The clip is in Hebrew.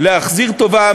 להחזיר טובה,